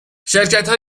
شرکتها